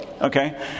Okay